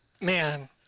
man